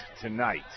tonight